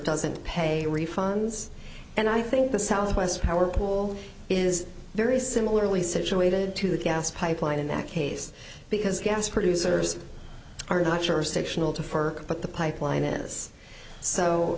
doesn't pay refunds and i think the southwest power pool is very similarly situated to the gas pipeline in that case because gas producers are not sure but the pipeline is so